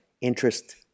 interest